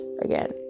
again